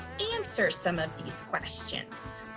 answer some of these questions.